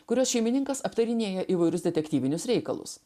kurios šeimininkas aptarinėja įvairius detektyvinius reikalus